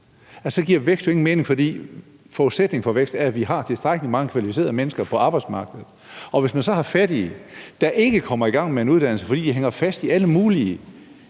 Så giver vækst jo ingen mening, for forudsætningen for vækst er, at vi har tilstrækkelig mange kvalificerede mennesker på arbejdsmarkedet. Hvis man så har fattige, der ikke kommer i gang med en uddannelse, fordi de hænger fast i alle mulige